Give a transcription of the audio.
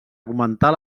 augmentar